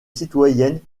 citoyennes